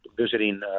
visiting